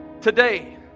Today